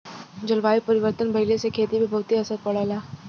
जलवायु परिवर्तन भइले से खेती पे बहुते असर पड़ला